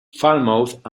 falmouth